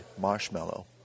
marshmallow